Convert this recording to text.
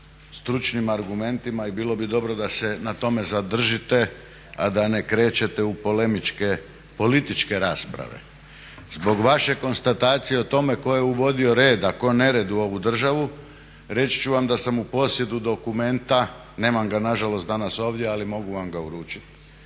stručnim argumentima i bilo bi dobro da se na tome zadržite a da ne krećete u polemičke, političke rasprave. Zbog vaše konstatacije o tome ko je uvodio red, a ko nered u ovu državu reći ću vam da sam u posjedu dokumenta, nemam ga nažalost danas ovdje, ali mogu vam ga uručit,